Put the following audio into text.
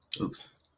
Oops